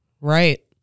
right